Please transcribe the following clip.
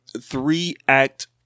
three-act